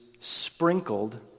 sprinkled